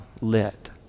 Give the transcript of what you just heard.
lit